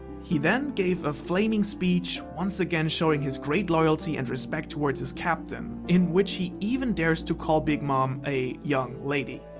he then gave a flaming speech, once again showing his great loyalty and respect towards his captain, in which he even dares to call big mom a young lady.